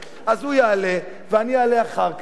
אז הוא יעלה ואני אעלה אחר כך,